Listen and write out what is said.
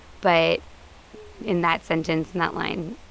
but in that sentence, in that line,